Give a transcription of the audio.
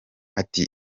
ati